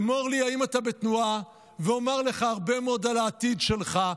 אמור לי אם אתה בתנועה ואומר לך הרבה מאוד על העתיד שלך,